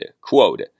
quote